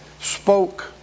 spoke